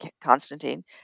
Constantine